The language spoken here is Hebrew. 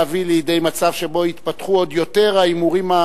להביא לידי מצב שבו יתפתחו עוד יותר ההימורים,